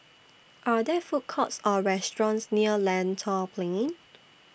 Are There Food Courts Or restaurants near Lentor Plain